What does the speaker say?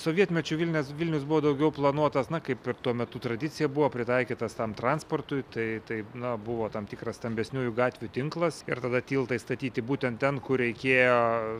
sovietmečiu vilnius vilnius buvo daugiau planuotas na kaip ir tuo metu tradicija buvo pritaikytas tam transportui tai taip na buvo tam tikras stambesniųjų gatvių tinklas ir tada tiltai statyti būtent ten kur reikėjo